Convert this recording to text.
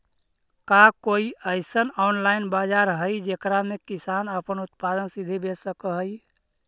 का कोई अइसन ऑनलाइन बाजार हई जेकरा में किसान अपन उत्पादन सीधे बेच सक हई?